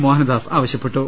മോഹനദാസ് ആവ ശൃപ്പെട്ടു